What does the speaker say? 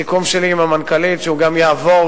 הסיכום שלי עם המנכ"לית הוא שהוא גם יעבור